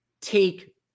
take